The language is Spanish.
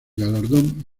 galardón